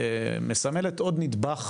הקהילה מסמלת עוד נדבך